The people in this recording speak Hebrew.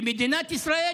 ומדינת ישראל